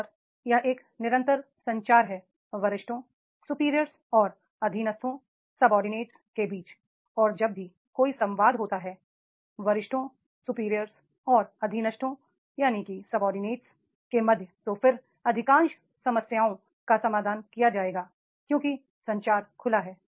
और यह एक निरंतर संचार है सुपीरियर और सबोर्डिनेट के बीच और जब भी कोई संवाद होता है वरिष्ठों और अधीनस्थों के मध्य तो फिर अधिकांश समस्याओं का समाधान किया जाएगा क्योंकि संचार खुला है